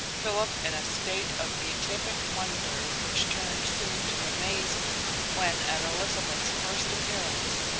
philip in a state of beatific wonder, which turned soon to amazement when, at elizabeth's first appearance,